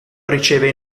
riceve